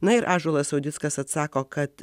na ir ąžuolas audickas atsako kad